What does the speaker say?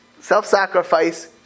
self-sacrifice